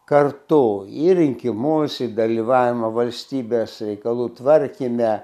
kartu į rinkimus į dalyvavimą valstybės reikalų tvarkyme